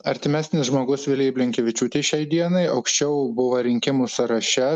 artimesnis žmogus vilijai blinkevičiūtei šiai dienai aukščiau buvo rinkimų sąraše